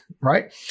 right